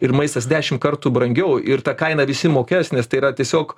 ir maistas dešimt kartų brangiau ir tą kainą visi mokės nes tai yra tiesiog